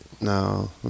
No